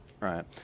right